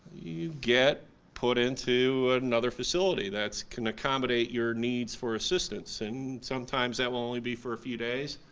you get put into another facility that can accommodate your needs for assistance and sometimes that will only be for a few days,